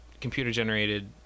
computer-generated